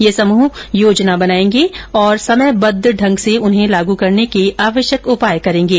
ये समूह योजनाए बनाएंगे और समयबद्ध ढंग से उन्हें लागू करने के आवश्यक उपाय करेंगे